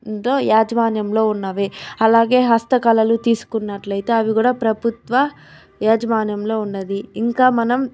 తో యాజమాన్యంలో ఉన్నవే అలాగే హస్తకళలు తీసుకున్నట్లయితే అవి కూడా ప్రభుత్వ యాజమాన్యంలో ఉన్నది ఇంకా మనం